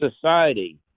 society